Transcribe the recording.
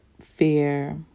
fear